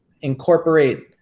incorporate